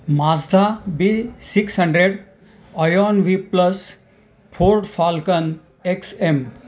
Mazda B six hundred ऑयोन V plus Ford Falcon X M